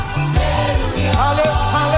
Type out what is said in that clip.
hallelujah